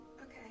okay